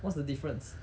what's the difference